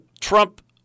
Trump